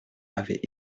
avait